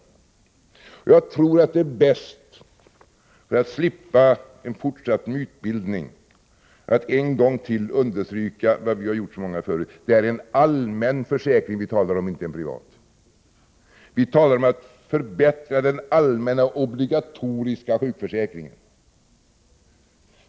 Jag tror att det är bäst, för att slippa en fortsatt mytbildning, att en gång till understryka — vilket vi har gjort många gånger förut — att det är en allmän försäkring vi talar om, inte en privat. Vi har talat om att förbättra den allmänna obligatoriska sjukförsäkringen.